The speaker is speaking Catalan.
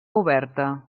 oberta